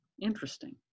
Interesting